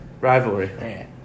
Rivalry